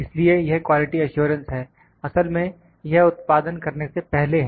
इसलिए यह quality assurance है असल में यह उत्पादन करने से पहले हैं